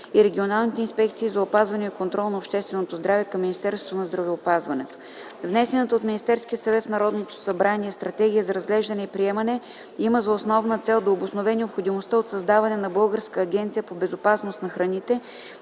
и регионалните инспекции за опазване и контрол на общественото здраве към Министерството на здравеопазването. Внесената от Министерския съвет в Народното събрание стратегия за разглеждане и приемане има за основна цел да обоснове необходимостта от създаване на Българска агенция по безопасност на храните